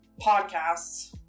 podcasts